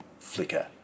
flicker